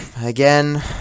again